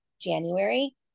January